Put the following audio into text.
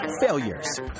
failures